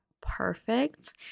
perfect